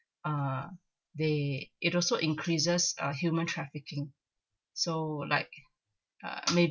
uh they it also increases uh human trafficking so like uh may~